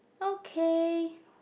okay